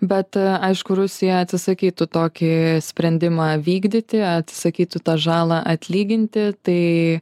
bet aišku rusija atsisakytų tokį sprendimą vykdyti atsisakytų tą žalą atlyginti tai